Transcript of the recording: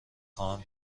خواهم